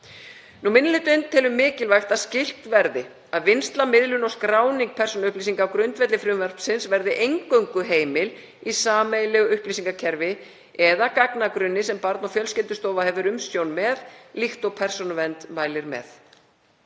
Minni hlutinn telur mikilvægt að skylt verði að vinnsla, miðlun og skráning persónuupplýsinga á grundvelli frumvarpsins verði eingöngu heimil í sameiginlegu upplýsingakerfi eða gagnagrunni sem Barna- og fjölskyldustofa hefur umsjón með líkt og Persónuvernd mælir með.